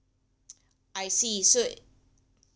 I see so